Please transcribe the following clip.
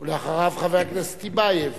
אחריו, חבר הכנסת טיבייב.